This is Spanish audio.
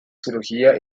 cirugía